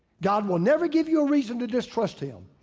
god will never give you a reason to distrust him.